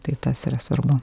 tai tas yra svarbu